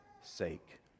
sake